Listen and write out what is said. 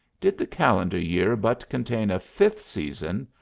did the calendar year but contain a fifth season,